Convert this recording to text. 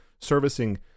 servicing